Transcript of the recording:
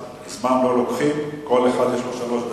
זמן לא לוקחים, כל אחד יש לו שלוש דקות.